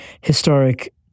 historic